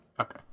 okay